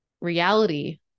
reality